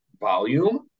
volume